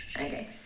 Okay